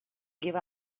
give